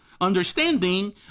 understanding